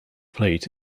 plate